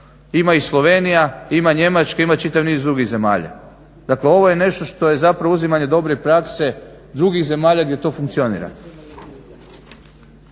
ima i Slovenija, ima Njemačka, ima čitav niz drugih zemalja. Dakle, ovo je nešto što je zapravo uzimanje dobre prakse drugih zemalja gdje to funkcionira.